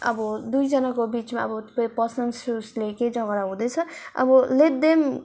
अब दुईजनाको बिचमा अब पर्सनल इस्युजले चाहिँ झगडा हुँदैछ अब लेट देम